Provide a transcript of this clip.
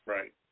Right